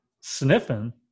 Sniffing